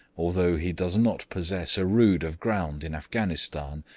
although he does not possess a rood of ground in afghanistan,